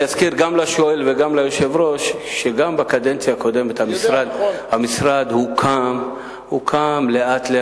אני אזכיר גם לשואל וגם ליושב-ראש שבקדנציה הקודמת המשרד הוקם לאט-לאט,